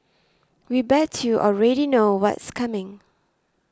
we bet you already know what's coming